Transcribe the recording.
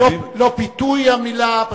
לא, "פיתוי" היא המלה.